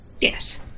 Yes